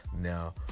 now